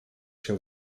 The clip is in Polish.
się